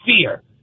Fear